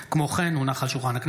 הארכת תקופת